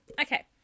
Okay